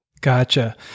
Gotcha